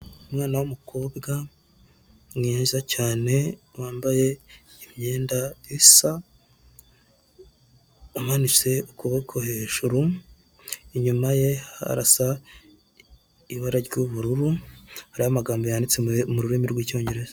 Umwana w'umukobwa mwiza cyane wambaye imyenda isa, amanitse ukuboko hejuru inyuma ye harasa ibara ry'ubururu hariho amagambo yanditse mu rurimi rw'Icyongereza.